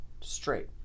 straight